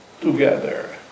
together